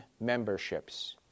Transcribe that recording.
memberships